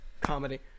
Comedy